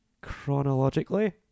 Chronologically